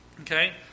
Okay